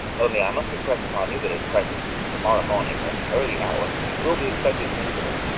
only i must impress upon you that at present tomorrow morning, at an early hour you will be expected at newport.